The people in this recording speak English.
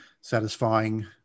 satisfying